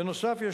נוסף על כך,